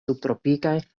subtropikaj